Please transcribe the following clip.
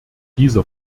dieser